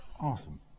Awesome